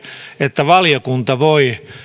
että valiokunta voi